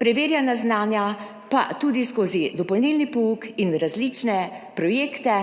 preverjanja znanja pa tudi skozi dopolnilni pouk in različne projekte,